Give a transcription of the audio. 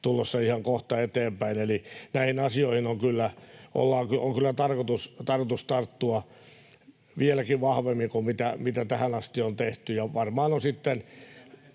tulossa ihan kohta eteenpäin. Eli näihin asioihin on kyllä tarkoitus tarttua vieläkin vahvemmin kuin mitä tähän asti on tehty,